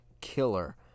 killer